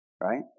Right